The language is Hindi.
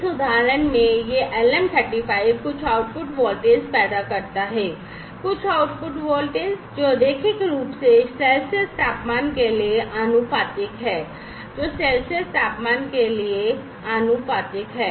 इस उदाहरण में यह LM 35 कुछ आउटपुट वोल्टेज पैदा करता है कुछ आउटपुट वोल्टेज जो रैखिक रूप से सेल्सियस तापमान के लिए आनुपातिक है जो सेल्सियस तापमान के लिए आनुपातिक है